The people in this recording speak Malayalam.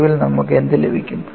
ഒടുവിൽ നമുക്ക് എന്ത് ലഭിക്കും